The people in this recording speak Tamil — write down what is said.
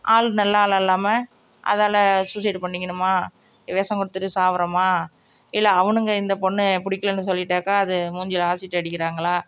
ஆள் நல்லா இல்லாயில்லாம அதால் சூசைடு பண்ணிக்கணுமா விஷம் கொடுத்துட்டு சாகிறோமா இல்லை அவனுங்க இந்த பொண்ணு பிடிக்கலனு சொல்லிவிட்டாக்கா அது மூஞ்சில் ஆசிட் அடிக்கிறாங்களா